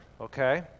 okay